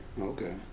Okay